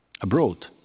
abroad